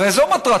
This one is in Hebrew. הרי זו מטרתכם,